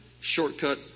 shortcut